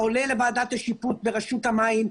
זה עולה לוועדת השיפוט ברשות המים,